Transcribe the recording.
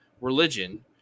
religion